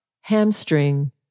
hamstring